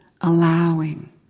Allowing